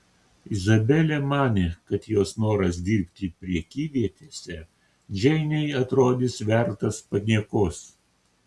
izabelė manė kad jos noras dirbti prekyvietėse džeinei atrodys vertas paniekos